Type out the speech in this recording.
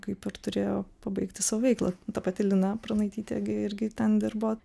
kaip ir turėjo pabaigti savo veiklą ta pati lina pranaitytė gi irgi ten dirbo